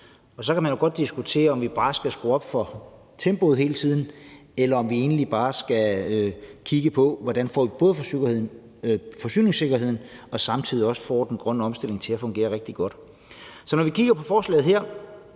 Så kan man jo godt diskutere, om vi hele tiden bare skal skrue op for tempoet, eller om vi egentlig skal kigge på, hvordan vi samtidig får både forsyningssikkerheden og den grønne omstilling til at fungere rigtig godt. Så når vi kigger på forslaget her,